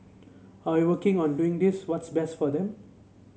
are you working or doing this what's best for them